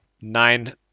nine